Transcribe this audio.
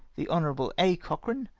the hon. a. cochrane,